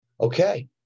Okay